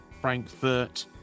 Frankfurt